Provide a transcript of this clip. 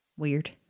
weird